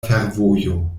fervojo